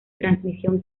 transmisión